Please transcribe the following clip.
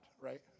right